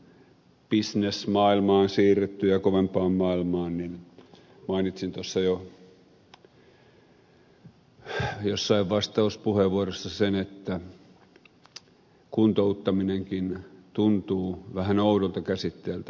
kun on bisnesmaailmaan siirrytty ja kovempaan maailmaan niin mainitsin tuossa jo jossain vastauspuheenvuorossa sen että kuntouttaminenkin tuntuu vähän oudolta käsitteeltä